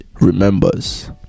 remembers